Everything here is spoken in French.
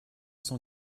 cent